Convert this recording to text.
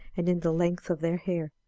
and in the length of their hair.